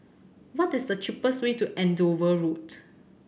what is the cheapest way to Andover Road